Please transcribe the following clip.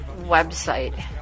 website